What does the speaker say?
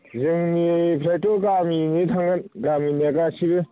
जोंनिफ्रायथ' गामियैनो थांगोन गामिनिया गासिबो